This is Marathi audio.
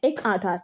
एक आधार